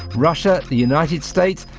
russia, the united states,